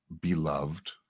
beloved